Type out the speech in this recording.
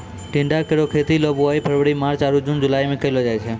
टिंडा केरो खेती ल बुआई फरवरी मार्च आरु जून जुलाई में कयलो जाय छै